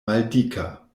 maldika